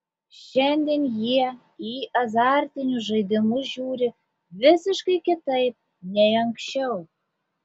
šiandien jie į azartinius žaidimus žiūri visiškai kitaip nei anksčiau